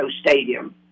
Stadium